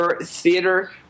theater